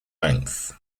length